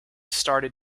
started